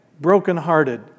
brokenhearted